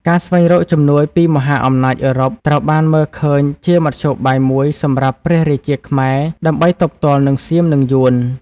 ការស្វែងរកជំនួយពីមហាអំណាចអឺរ៉ុបត្រូវបានមើលឃើញជាមធ្យោបាយមួយសម្រាប់ព្រះរាជាខ្មែរដើម្បីទប់ទល់នឹងសៀមនិងយួន។